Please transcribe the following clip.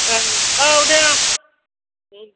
ओं औ दे औ